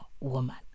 woman